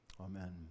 amen